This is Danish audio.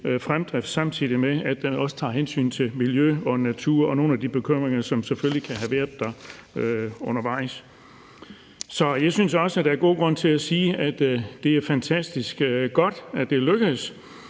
fremdrift, samtidig med at det også tager hensyn til miljøet og naturen og nogle af de bekymringer, som der selvfølgelig kan have været undervejs. Så jeg synes også, der er god grund til at sige, at det er fantastisk godt, at det er lykkedes